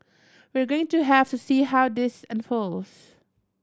we're going to have to see how this unfolds